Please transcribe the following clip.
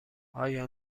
آیا